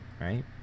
right